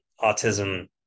autism